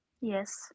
Yes